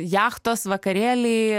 jachtos vakarėliai